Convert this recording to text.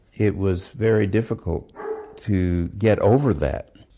it was very difficult to get over that.